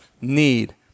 need